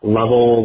level